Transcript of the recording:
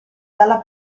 dalla